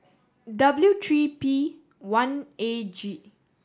W three P one A G